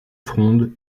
fronde